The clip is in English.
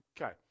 Okay